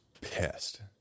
pissed